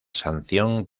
sanción